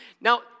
Now